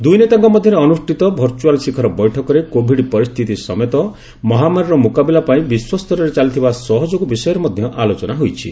ଦୁଇନେତାଙ୍କ ମଧ୍ୟରେ ଅନୁଷ୍ଠିତ ଭର୍ଚୁଆଲ ଶିଖର ବୈଠକରେ କୋଭିଡ ପରିସ୍ଥିତି ସମେତ ମହାମାରୀର ମୁକାବିଲା ପାଇଁ ବିଶ୍ୱସ୍ତରରେ ଚାଲିଥିବା ସହଯୋଗ ବିଷୟରେ ମଧ୍ୟ ଆଲୋଚନା ହୋଇଛି